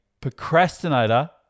procrastinator